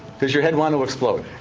does your head want to explode?